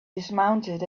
dismounted